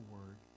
Word